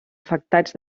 afectats